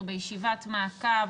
אנחנו בישיבת מעקב.